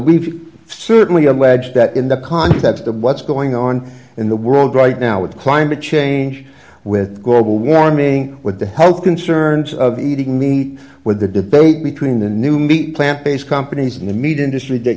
we've certainly alleged that in the context of what's going on in the world right now with climate change with global warming with the health concerns of eating meat with the debate between the new meat plant based companies and the meat industry that